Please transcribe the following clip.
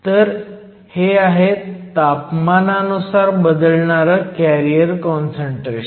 तर हे आहे तापमानानुसार बदलणारं कॅरियर काँसंट्रेशन